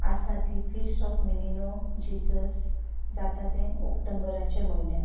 आसा ती feast of मिनिनो जिजस जाता तें ऑक्टोबराच्या म्हयन्यांत